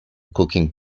cooking